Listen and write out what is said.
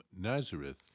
Nazareth